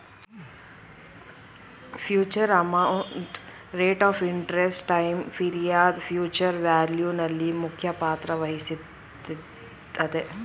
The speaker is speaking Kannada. future amount, rate of interest, time period future value ನಲ್ಲಿ ಮುಖ್ಯ ಪಾತ್ರ ವಹಿಸುತ್ತದೆ